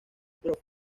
prof